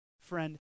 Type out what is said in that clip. Friend